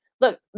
look